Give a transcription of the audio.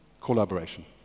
collaboration